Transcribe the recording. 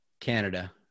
Canada